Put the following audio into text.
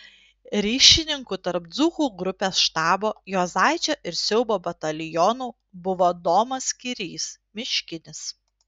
ryšininku tarp dzūkų grupės štabo juozaičio ir siaubo batalionų buvo domas kirys miškinis